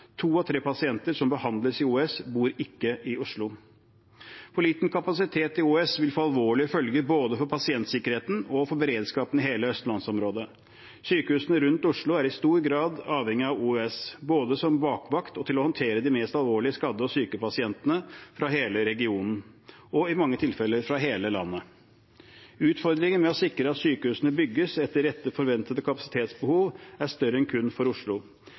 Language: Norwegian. To av tre pasienter som behandles på OUS, bor ikke i Oslo. For liten kapasitet i OUS vil få alvorlige følger både for pasientsikkerheten og for beredskapen i hele Østlands-området. Sykehusene rundt Oslo er i stor grad avhengige av OUS, både som bakvakt og til å håndtere de mest alvorlig skadde og syke pasientene fra hele regionen og i mange tilfeller fra hele landet. Utfordringen med å sikre at sykehusene bygges etter rette forventede kapasitetsbehov, er større enn kun for Oslo,